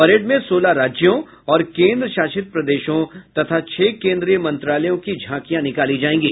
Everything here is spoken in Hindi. परेड में सोलह राज्यों और केंद्र शासित प्रदेशों तथा छह केंद्रीय मंत्रालयों की झांकियां निकाली जाएंगी